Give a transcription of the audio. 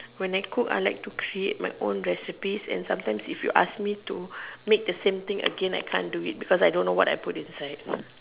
when we cook I like to create my own recipes and sometimes if you ask me to make the same thing again I cannot do it because I don't know what I put inside